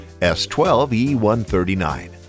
S12E139